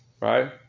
right